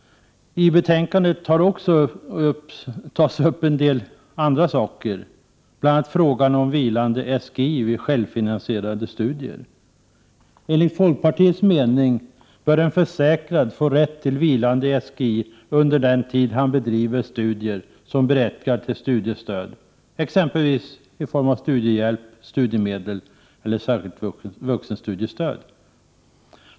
I betänkandet behandlas vidare frågan om vilande SGI vid självfinansierade studier. Enligt folkpartiets mening bör en försäkrad ha rätt till vilande SGI under den tid han bedriver studier som berättigar till studiestöd i form av t.ex. studiehjälp, studiemedel eller särskilt vuxenstudiestöd.